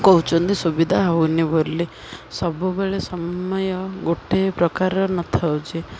କହୁଛନ୍ତି ସୁବିଧା ହଉନି ବୋଲି ସବୁବେଳେ ସମୟ ଗୋଟେ ପ୍ରକାରର ନଥାଉଛି